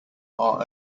our